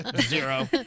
Zero